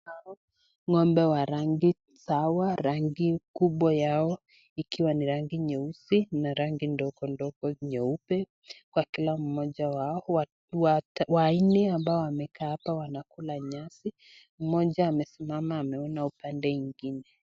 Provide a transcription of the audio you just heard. Hao ng'ombe wa rangi sawa, rangi kubwa yao ikiwa ni rangi nyeusi, na rangi ndogondogo nyeupe, kwa kila mmoja wao, wanne ambao wamekaa hapa wanakula nyasi, mmoja amesimama anaona upande ingine.